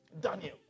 Daniel